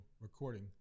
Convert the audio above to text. recording